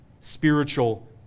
spiritual